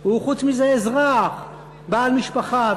הוא חוץ מזה אזרח, בעל משפחה.